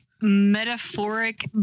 metaphoric